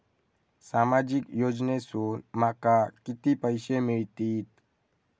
सामाजिक योजनेसून माका किती पैशे मिळतीत?